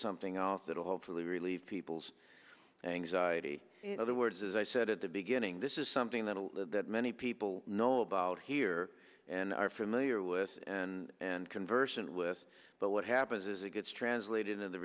something else that will hopefully relieve people's anxiety other words as i said at the beginning this is something that many people know about here and are familiar with and conversant with but what happens is it gets translated in the